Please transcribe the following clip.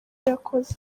yakoze